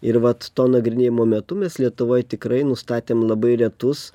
ir vat to nagrinėjimo metu mes lietuvoj tikrai nustatėm labai retus